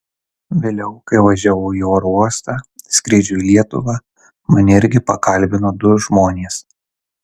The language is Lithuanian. vėliau kai važiavau į oro uostą skrydžiui į lietuvą mane irgi pakalbino du žmonės